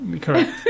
Correct